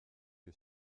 que